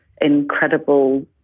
incredible